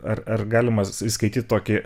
ar ar galima įskaityt tokį